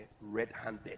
red-handed